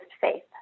faith